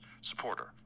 supporter